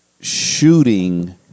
shooting